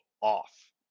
off